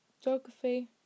geography